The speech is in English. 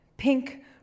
Pink